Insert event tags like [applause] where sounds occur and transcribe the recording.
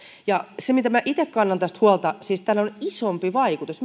itse kannan huolta siitä että tällähän on isompi vaikutus [unintelligible]